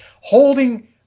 holding